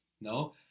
no